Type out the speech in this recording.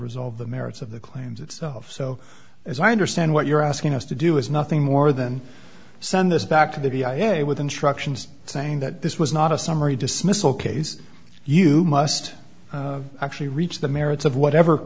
resolve the merits of the claims itself so as i understand what you're asking us to do is nothing more than some this back to the d i m a with instructions saying that this was not a summary dismissal case you must actually reach the merits of whatever